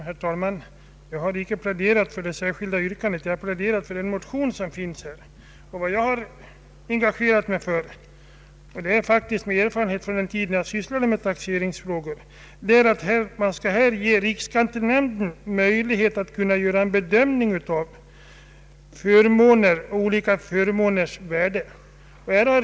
Herr talman! Jag har icke pläderat för det särskilda yttrande som avgivits, utan den motion som väckts i detta ärende. Vad jag här med den erfarenhet jag har från den tid jag sysslade med taxeringsfrågor engagerat mig för är att riksskattenämnden skall göra en bedömning av olika förmåners värde.